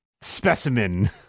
specimen